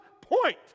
point